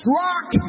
rock